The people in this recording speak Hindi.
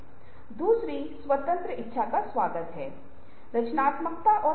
वे बहुत दिलचस्प बहुत ही रोमांचक विचार हो सकते हैं